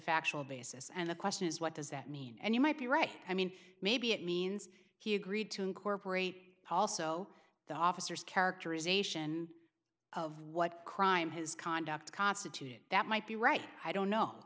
factual basis and the question is what does that mean and you might be right i mean maybe it means he agreed to incorporate also the officers characterization of what crime his conduct constituted that might be right i don't